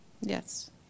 Yes